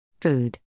Food